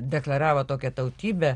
deklaravo tokią tautybę